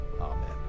Amen